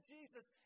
Jesus